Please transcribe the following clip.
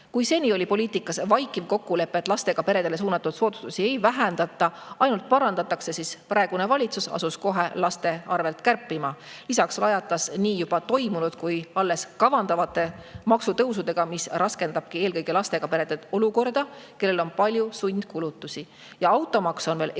Kui seni oli poliitikas vaikiv kokkulepe, et lastega peredele suunatud soodustusi ei vähendata, ainult parandatakse, siis praegune valitsus asus kohe laste arvelt kärpima, lisaks lajatas nii juba [jõustunud] kui alles kavandatavate maksutõusudega, mis raskendabki eelkõige lastega perede olukorda, kellel on palju sundkulutusi. Ja automaks on veel eriti